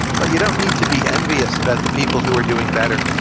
but you don't need to be envious about the people who were doing better.